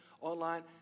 online